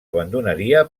abandonaria